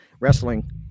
wrestling